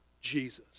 Jesus